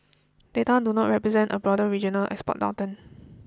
data do not represent a broader regional export downturn